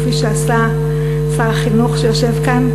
כפי שעשה שר החינוך שיושב כאן,